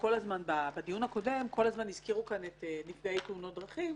בדיון הקודם הזכירו כל הזמן את נפגעי תאונות הדרכים.